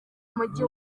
mujyi